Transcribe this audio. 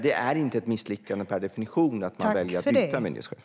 Det är inte ett misslyckande per definition att man väljer att byta myndighetschef.